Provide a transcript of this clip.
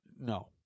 No